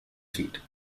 seat